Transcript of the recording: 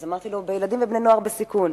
אז אמרתי לו: בילדים ובבני-נוער בסיכון.